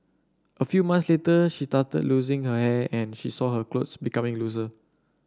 a few months later she started losing her hair and she saw her clothes becoming looser